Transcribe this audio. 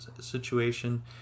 situation